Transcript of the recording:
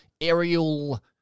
aerial